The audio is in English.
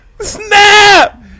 Snap